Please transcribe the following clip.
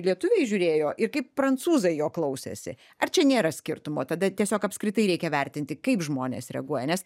lietuviai žiūrėjo ir kaip prancūzai jo klausėsi ar čia nėra skirtumo tada tiesiog apskritai reikia vertinti kaip žmonės reaguoja nes